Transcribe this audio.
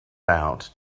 out